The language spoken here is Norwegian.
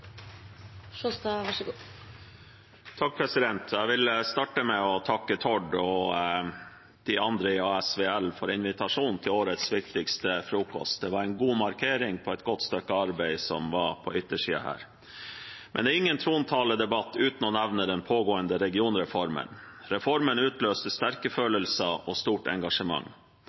Jeg vil starte med å takke Tord og de andre i ASVL for invitasjonen til Årets Viktigste Frokost. Det var en god markering av et godt stykke arbeid som var på yttersiden her. Men det er ingen trontaledebatt uten å nevne den pågående regionreformen. Reformen utløser sterke følelser og stort engasjement.